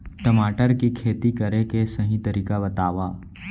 टमाटर की खेती करे के सही तरीका बतावा?